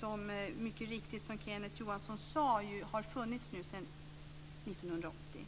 Den har mycket riktigt, som Kenneth Johansson sade, funnits sedan 1980